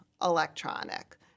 electronic